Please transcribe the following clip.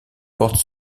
porte